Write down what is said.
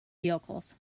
vehicles